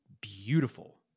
beautiful